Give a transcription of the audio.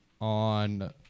on